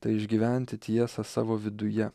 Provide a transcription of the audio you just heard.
tai išgyventi tiesą savo viduje